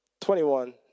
21